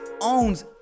owns